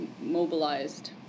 mobilized